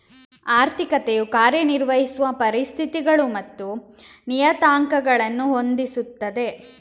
ಆರ್ಥಿಕತೆಯು ಕಾರ್ಯ ನಿರ್ವಹಿಸುವ ಪರಿಸ್ಥಿತಿಗಳು ಮತ್ತು ನಿಯತಾಂಕಗಳನ್ನು ಹೊಂದಿಸುತ್ತದೆ